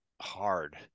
hard